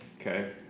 Okay